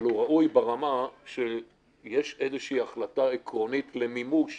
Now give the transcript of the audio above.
אבל הוא ראוי ברמה שיש איזו החלטה עקרונית למימוש